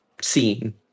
scene